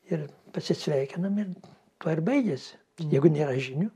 ir pasisveikinam ir tuo ir baigiasi jeigu nėra žinių